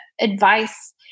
advice